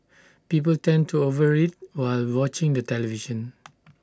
people tend to over eat while watching the television